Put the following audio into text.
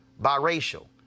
biracial